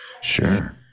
Sure